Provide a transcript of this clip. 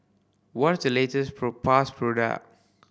what the latest propass product